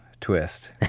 twist